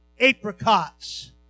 apricots